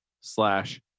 slash